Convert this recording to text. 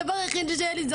הדבר היחידי שהיה לי,